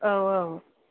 औ औ